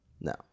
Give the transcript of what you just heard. No